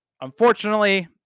Unfortunately